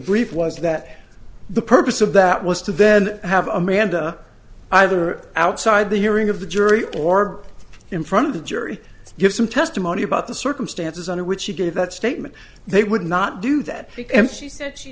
brief was that the purpose of that was to then have amanda either outside the hearing of the jury or in front of the jury give some testimony about the circumstances under which she gave that statement they would not do that because if she said she